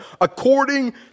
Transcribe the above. according